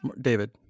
David